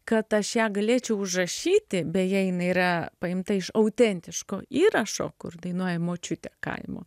kad aš ją galėčiau užrašyti beje jinai yra paimta iš autentiškų įrašų kur dainuoja močiutė kaimo